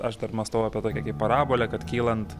aš dar mąstau apie tokią parabolę kad kylant